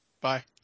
Bye